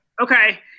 Okay